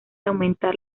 aumentar